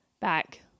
back